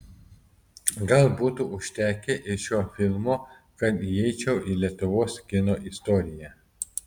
gal būtų užtekę ir šio filmo kad įeičiau į lietuvos kino istoriją